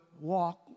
walk